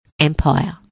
Empire